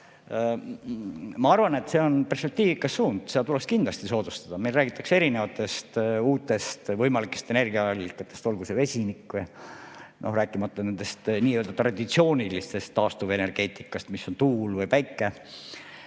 ma arvan, et see on perspektiivikas suund ja seda tuleks kindlasti soodustada. Meil räägitakse erinevatest uutest võimalikest energiaallikatest, olgu see vesinik või rääkimata nii-öelda traditsioonilisest taastuvenergeetikast, mis on tuul või päike.